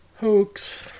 Hoax